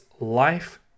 life